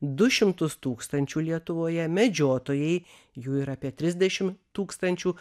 du šimtus tūkstančių lietuvoje medžiotojai jų yra apie trisdešim tūkstančių